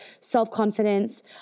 self-confidence